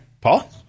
Paul